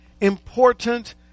important